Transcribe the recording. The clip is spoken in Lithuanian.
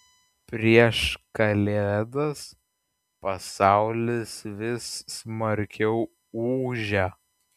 prieš kalėdas pasaulis vis smarkiau ūžia